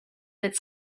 its